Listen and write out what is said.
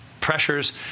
pressures